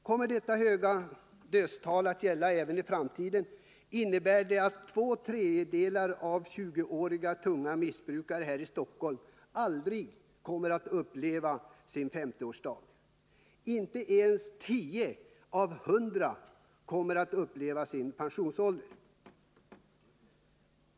Kommer detta höga dödstal att gälla även i framtiden, innebär det att två tredjedelar av 20-å missbrukare här i Stockholm aldrig kommer att uppleva sin 50-årsdag. Inte ens 10 av 100 kommer att uppleva sin pensionsålder.